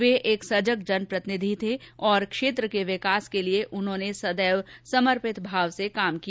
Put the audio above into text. वे एक सजग जनप्रतिनिधि थे और क्षेत्र के विकास के लिए उन्हेांने सदैव समर्पित भाव से काम किया